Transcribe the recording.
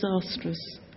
disastrous